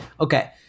Okay